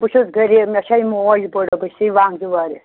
بہٕ چھُس غریٖب مےٚ چھے موج بٔڈٕ بہٕ چھِسَے